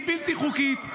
היא בלתי חוקית,